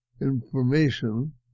information